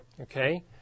Okay